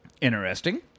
Interesting